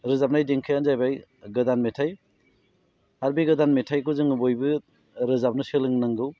रोजाबनाय देंखोयानो जाहैबाय गोदान मेथाइ आरो बे गोदान मेथाइखौ जोङो बयबो रोजाबनो सोलोंनांगौ